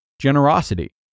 generosity